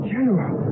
General